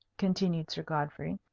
continued sir godfrey,